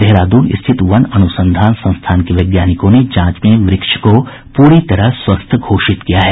देहरादून स्थित वन अनुसंधान संस्थान के वैज्ञानिकों ने जांच में वृक्ष को पूरी तरह स्वस्थ घोषित किया है